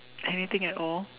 anything at all